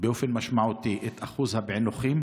באופן משמעותי את אחוז הפענוחים,